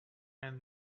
and